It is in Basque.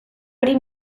hori